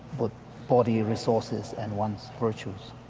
but body resources and one's virtues